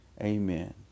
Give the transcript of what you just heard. Amen